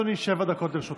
אדוני, שבע דקות לרשותך.